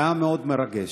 היה מאוד מרגש,